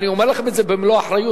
אני אומר לכם את זה במלוא האחריות,